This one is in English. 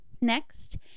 Next